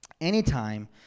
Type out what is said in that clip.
anytime